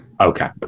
Okay